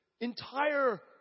entire